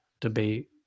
debate